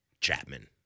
Chapman